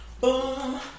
Boom